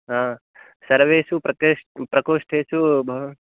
हा सर्वेषु प्रकाशः प्रकोष्ठेषु भवान्